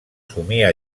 somia